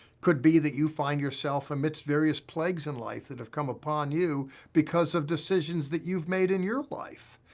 could be that you find yourself amidst various plagues in life that have come upon you because of decisions that you've made in your life.